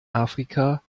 afrika